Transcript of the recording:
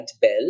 bell